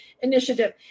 initiative